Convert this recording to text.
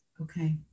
okay